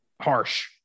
harsh